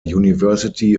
university